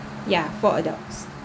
yeah four adults